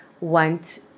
want